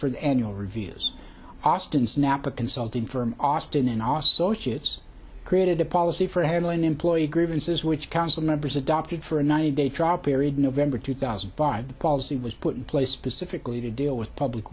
for an annual reviews austin snap a consulting firm austin and also she has created a policy for airline employee grievances which council members adopted for a ninety day trial period november two thousand and five the policy was put in place specifically to deal with public